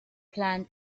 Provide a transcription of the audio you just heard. plan